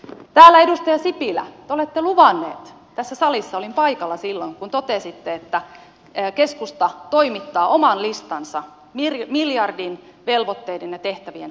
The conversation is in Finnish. edustaja sipilä te olette luvannut tässä salissa olin paikalla silloin kun totesitte että keskusta toimittaa oman listansa miljardin velvoitteiden ja tehtävien karsimiseksi